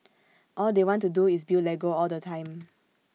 all they want to do is build Lego all the time